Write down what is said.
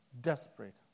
desperate